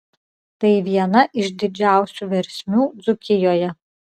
tai viena iš didžiausių versmių dzūkijoje